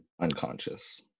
unconscious